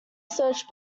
search